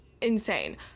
insane